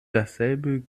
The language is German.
dasselbe